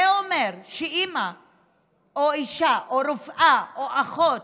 זה אומר שאימא, אישה, או רופאה או אחות,